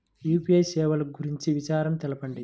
UPI సేవలు గురించి వివరాలు తెలుపండి?